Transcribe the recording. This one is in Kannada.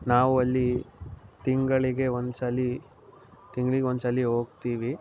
ನಾವು ಅಲ್ಲಿ ತಿಂಗಳಿಗೆ ಒಂದ್ಸಲ ತಿಂಗ್ಳಿಗೆ ಒಂದ್ಸಲ ಹೋಗ್ತೀವಿ